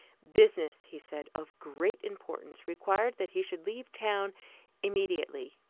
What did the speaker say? business, he said, of great importance required that he should leave town immediately.